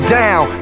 down